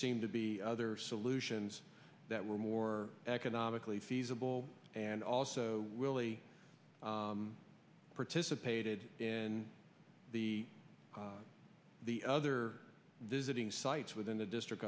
seemed to be other solutions that were more economically feasible and also really participated in the the other visiting sites within the district